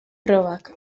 probak